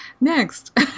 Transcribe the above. next